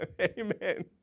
Amen